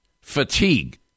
fatigue